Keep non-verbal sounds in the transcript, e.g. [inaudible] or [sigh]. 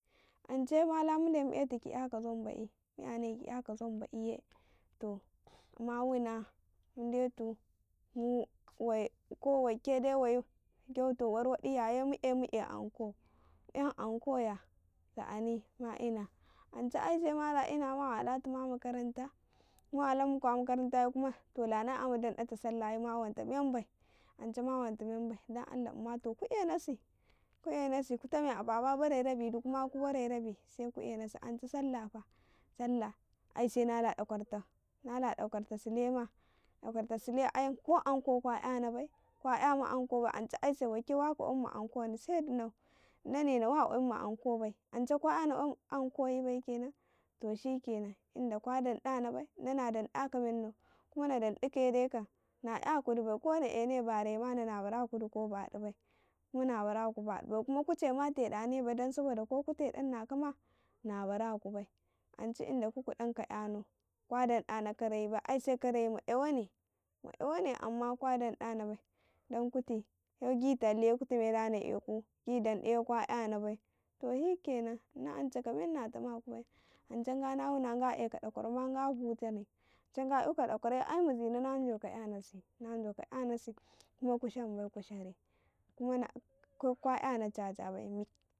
﻿Ance mala mudai mu etu kiya ka zanbai'i mu yane kiya ka zamba'iye to ma wuna mu detumu wai ko waike de we gyaeuto war wadi dai yaye mu ey nu eyi anko en anko ya [unintelligible] ance aise mala ina mala wala a makaranta mawalan muku a makaranata ye to la nala ina tumu dando ta sallah ma wanta menbai ance ma wanta memmbai, don allah umma to ku enasi, ku enasi ku tame a baba bare rabi dukuma ku bare rabe se ku enasi ance anse nala da kwarta nala dakwarta sulema. da kwarta sule ayan ko anko kwa yana bai kwa yamu anko bai ance aise lauke waka kwayinma anko se inane na wa kwayinma anko bai ance kwa yana anko yi bai kenan to shikenan tunda kwa dan ɗana bai inana danɗa ka mennau kuma na danɗi kaye kam na yakudi bai kona ene baremana nabara kudi ko badu bai huma nabara ku badu bai kuma ko ku chema teɗa na bai don saboka ko ku tedan nakama na bara kudi bai ance tunda ku kudan ka yana kwa dan ɗana kare bai aise kare ma yawa ne ma yawane [unintelligible] amma kwadanɗana bai dan kuti se gi talle ye kutame dana eku he gi danɗaye kwa yana bai to shikenan hna ance kamen na tama ku bai, ance nga na wuna nga eka dakwarau nga futtini ance nga eka ɗa kwaraye ai mizani na jauka yanisi, najauk yanisi kuma kushan bai ku share kuma ko kwaya na chacha bai mik.